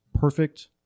perfect